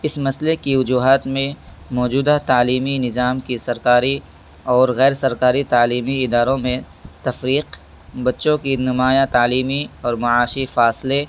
اس مسئلے کی وجوہات میں موجودہ تعلیمی نظام کی سرکاری اور غیر سرکاری تعلیمی اداروں میں تفریق بچوں کی نمایاں تعلیمی اور معاشی فاصلے